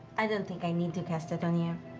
i don't think i need to cast it on you.